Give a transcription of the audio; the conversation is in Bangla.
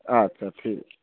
আচ্ছা ঠিক আছে